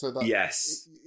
Yes